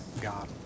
God